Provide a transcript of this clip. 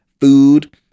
food